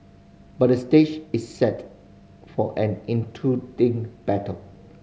but the stage is set for an battle